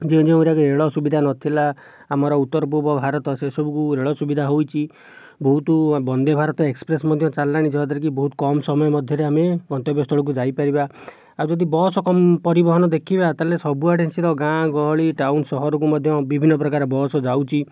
ଯେ ଯେଉଁରେ ରେଳ ସୁବିଧା ନ ଥିଲା ଆମର ଉତ୍ତର ପୂର୍ବ ଭାରତ ସେ ସବୁକୁ ରେଳ ସୁବିଧା ହୋଇଛି ବହୁତ ବନ୍ଦେ ଭାରତ ଏକ୍ସପ୍ରେସ ମଧ୍ୟ ଚାଲିଲାଣି ଯାହାଦ୍ଵାରା କି ବହୁତ କମ୍ ସମୟ ମଧ୍ୟରେ ଆମେ ଗନ୍ତବ୍ୟ ସ୍ଥଳକୁ ଯାଇପାରିବା ଆଉ ଯଦି ବସ୍ ପରିବହନ ଦେଖିବା ତାହେଲେ ସବୁ ଆଡ଼େ ସେତ ଗାଁ ଗହଳି ଟାଉନ୍ ସହରକୁ ମଧ୍ୟ ବିଭିନ୍ନ ପ୍ରକାର ବସ୍ ଯାଉଛି